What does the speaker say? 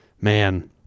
man